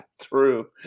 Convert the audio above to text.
True